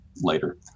later